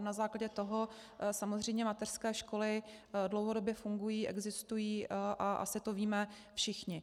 Na základě toho samozřejmě mateřské školy dlouhodobě fungují, existují, asi to víme všichni.